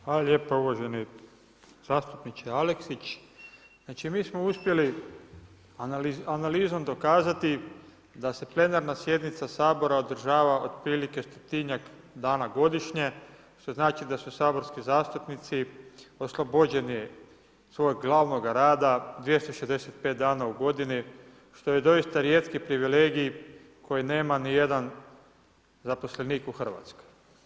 Hvala lijepo uvaženi zastupniče Aleksić, znači mi smo uspjeli analizom dokazati da se plenarna sjednica Sabora održava od prilike stotinjak dana godišnje, što znači da su saborski zastupnici oslobođeni svog glavnoga rada 265 dana u godini, što je doista rijetki privilegij koji nema ni jedan zaposlenik u Hrvatskoj.